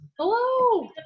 Hello